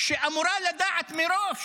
שאמורה לדעת מראש